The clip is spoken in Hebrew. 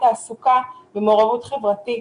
תעסוקה ומעורבות חברתית.